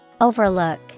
Overlook